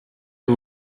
que